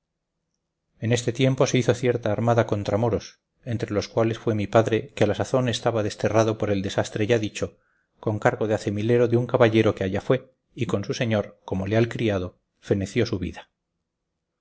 en este tiempo se hizo cierta armada contra moros entre los cuales fue mi padre que a la sazón estaba desterrado por el desastre ya dicho con cargo de acemilero de un caballero que allá fue y con su señor como leal criado feneció su vida